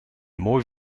mooi